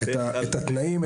התנאים,